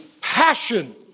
passion